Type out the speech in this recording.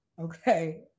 Okay